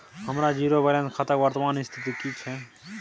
हमर zero balance खाता के वर्तमान स्थिति की छै?